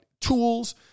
tools